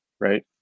right